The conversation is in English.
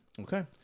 Okay